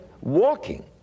walking